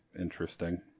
interesting